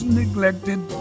neglected